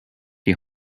die